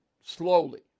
slowly